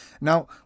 now